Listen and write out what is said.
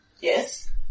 Yes